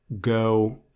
Go